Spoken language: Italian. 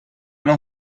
non